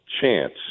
chance